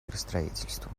миростроительству